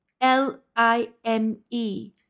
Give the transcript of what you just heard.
l-i-m-e